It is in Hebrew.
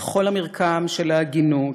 לכל המרקם של ההגינות,